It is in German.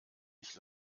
ich